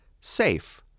SAFE